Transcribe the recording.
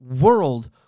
world